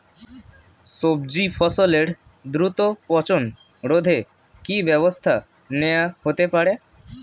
সবজি ফসলের দ্রুত পচন রোধে কি ব্যবস্থা নেয়া হতে পারে?